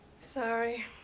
Sorry